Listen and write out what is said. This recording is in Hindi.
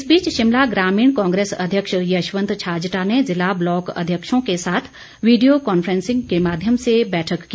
इस बीच शिमला ग्रामीण कांग्रेस अध्यक्ष यशवंत छाजटा ने ज़िला ब्लॉक अध्यक्षों के साथ वीडियो कांफ्रेंस के माध्यम से बैठक की